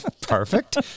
Perfect